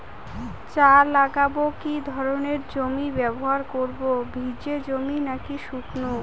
চা লাগাবো কি ধরনের জমি ব্যবহার করব ভিজে জমি নাকি শুকনো?